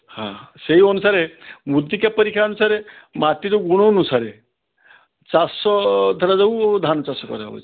ହଁ ସେଇ ଅନୁସାରେ ମୃତ୍ତିକା ପରୀକ୍ଷା ଅନୁସାରେ ମାଟିର ଗୁଣ ଅନୁସାରେ ଚାଷ ଧରାଯାଉ ଧାନ ଚାଷ କରାଯାଉଅଛି